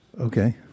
Okay